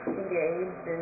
engaged